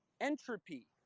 Entropy